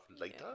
later